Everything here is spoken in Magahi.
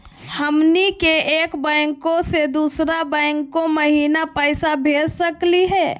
हमनी के एक बैंको स दुसरो बैंको महिना पैसवा भेज सकली का हो?